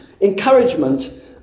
Encouragement